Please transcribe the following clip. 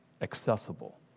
accessible